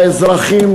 האזרחים,